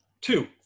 Two